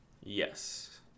yes